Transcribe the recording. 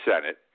Senate